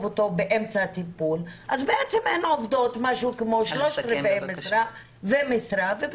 אותו באמצע הטיפול אז אין עובדות משהו כמו 3/4 משרה ומשרה מלאה,